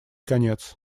конец